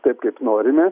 taip kaip norime